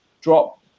Drop